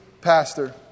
pastor